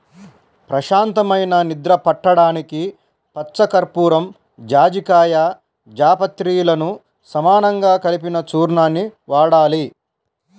ప్రశాంతమైన నిద్ర పట్టడానికి పచ్చకర్పూరం, జాజికాయ, జాపత్రిలను సమానంగా కలిపిన చూర్ణాన్ని వాడాలి